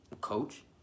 coach